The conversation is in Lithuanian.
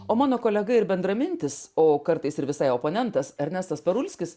o mano kolega ir bendramintis o kartais ir visai oponentas ernestas parulskis